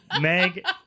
meg